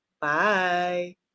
Bye